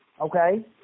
Okay